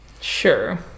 Sure